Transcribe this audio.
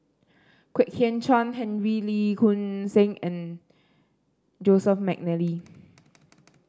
Kwek Hian Chuan Henry Lee Choon Seng and Joseph McNally